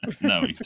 No